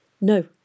No